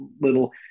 little